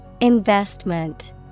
Investment